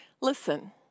Listen